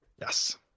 Yes